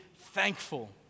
thankful